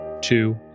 two